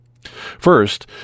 First